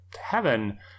heaven